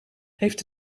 heeft